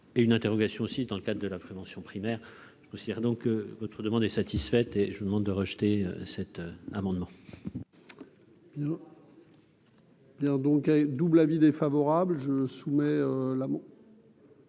et une interrogation aussi dans le cadre de la prévention primaire je considère donc votre demande est satisfaite et je vous demande de rejeter cet amendement. Alors donc double avis défavorable je soumets l'amour.